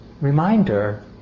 reminder